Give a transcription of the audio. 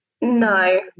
no